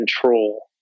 control